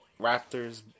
Raptors